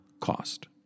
cost